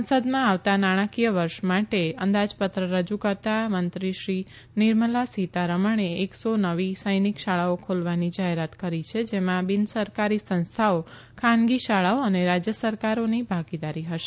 સંસદમાં આવતા નાણાંકીય વર્ષ માટે અંદાજપત્ર રજુ કરતા મંત્રી નિર્મલા સિતારમણે એકસો નવી સૈનિક શાળાઓ ખોલવાની જાહેરાત કરી છે જેમાં બિન સરકારી સંસ્થાઓ ખાનગી શાળાઓ અને રાજય સરકારોની ભાગીદારી હશે